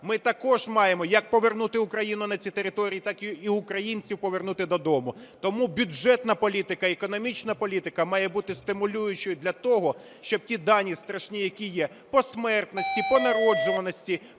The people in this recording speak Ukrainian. Ми також маємо як повернути Україну на ці території, так і українців повернути додому. Тому бюджетна політика, економічна політика має бути стимулюючою для того, щоб ті дані страшні, які є по смертності, по народжуваності,